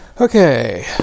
okay